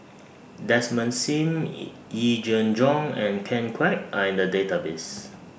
Desmond SIM E Yee Jenn Jong and Ken Kwek Are in The Database